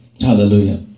Hallelujah